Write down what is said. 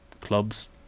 clubs